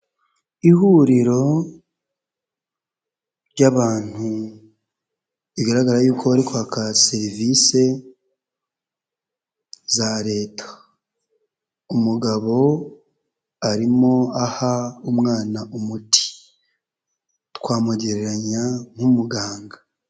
Ihuriro ry'abantu bigaragara yuko bari kwaka serivisi za Leta, umugabo arimo aha umwana umuti twamugereranya nk'umuganga.